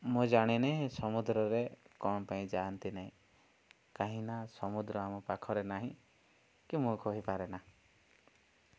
ମୁଁ ଜାଣିନି ସମୁଦ୍ରରେ କ'ଣ ପାଇଁ ଯାଆନ୍ତି ନାହିଁ କାହିଁକିନା ସମୁଦ୍ର ଆମ ପାଖରେ ନାହିଁ କି ମୁଁ କହିପାରେନା